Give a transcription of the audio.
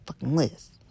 list